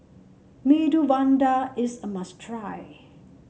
Medu Vada is a must try